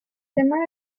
tema